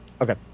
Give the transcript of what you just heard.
Okay